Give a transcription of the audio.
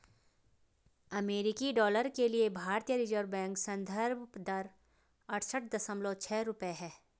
अमेरिकी डॉलर के लिए भारतीय रिज़र्व बैंक संदर्भ दर अड़सठ दशमलव छह रुपये है